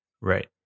right